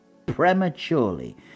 prematurely